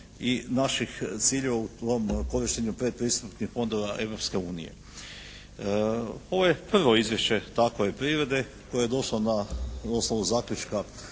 i naših ciljeva u ovom korištenju predpristupnih fondova Europske unije. Ovo je prvo izvješće takove prirode koje je došlo na osnovu zaključka